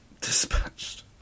Dispatched